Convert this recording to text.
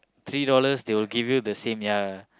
three dollars they will give you the same ya